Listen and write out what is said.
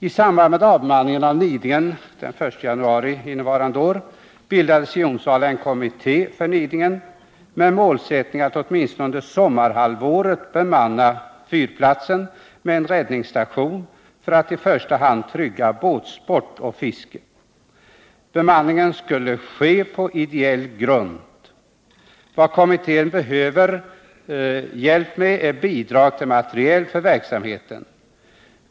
I samband med avbemanningen av Nidingen den 1 januari innevarande år bildades i Onsala en kommitté för Nidingen med målsättningen att åtminstone under sommarhalvåret bemanna fyrplatsen med en räddningsstation för att i första hand trygga båtsport och fiske. Bemanningen skulle ske på ideell grund. Vad kommittén behöver hjälp med är bidrag till materiel för verksamheten.